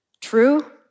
True